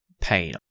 pain